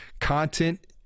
content